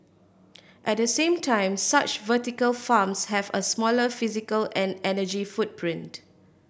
at the same time such vertical farms have a smaller physical and energy footprint